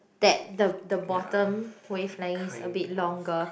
that the the bottom wavelength is a bit longer